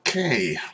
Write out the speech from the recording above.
Okay